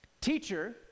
Teacher